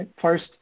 first